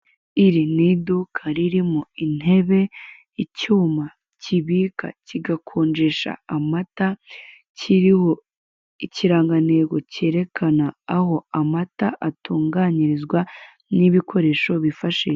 Iri ni iduka ririmo intebe, icyuma cyibika kigakonjesha amata. Kiriho ikirangantego cyerekana aho amata atunganyirizwa, n'ibikoresho bifashisha.